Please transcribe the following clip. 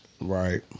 Right